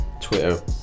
Twitter